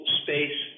space